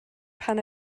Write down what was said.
pan